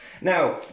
Now